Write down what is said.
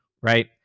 Right